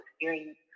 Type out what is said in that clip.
experience